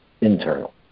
internal